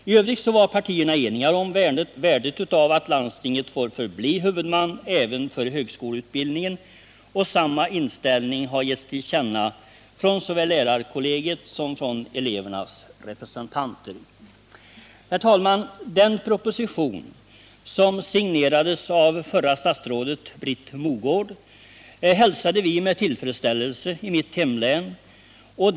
I övrigt var partierna eniga om värdet av att landstinget får förbli huvudman även för högskoleutbildningen, och samma inställning har getts till känna från såväl lärarkollegiet som elevernas representanter. Herr talman! Den proposition som signerades av förra statsrådet Britt Mogård hälsade vi med tillfredsställelse i mitt hemlän.